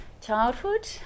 childhood